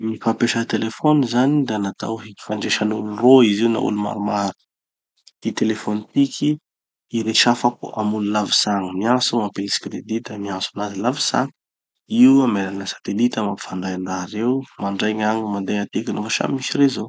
Gny fampesa telefony zany da natao hifandresan'olo roa izy io na olo maromaro. Ty telefony tiky iresafako amy olo lavitsy agny. Miantso aho mampilitsy credit da miantso anazy lavitsy agny. Io amin'ny alalan'ny satelita mampifandray any raha reo. Mandray gn'agny, mandeha atiky, nofa samy misy réseau.